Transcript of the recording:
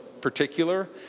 particular